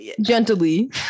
gently